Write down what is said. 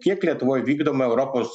kiek lietuvoj vykdoma europos